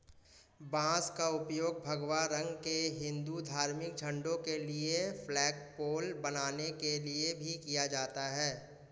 बांस का उपयोग भगवा रंग के हिंदू धार्मिक झंडों के लिए फ्लैगपोल बनाने के लिए भी किया जाता है